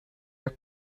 your